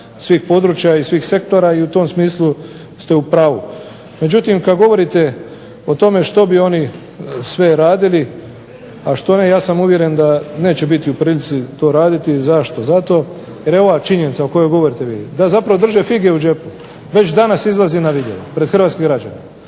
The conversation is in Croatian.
svih područja i svih sektora i u tom smislu ste u pravu. Međutim kada govorite o tome što bi oni sve radili, a što ne, ja sam uvjeren da neće biti u prilici to raditi. Zašto? Zato jer je ova činjenica o kojoj govorite vi da zapravo drže fige u džepu, već danas izlazi na vidjelo pred hrvatske građane.